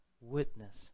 witness